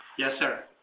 yes, sir.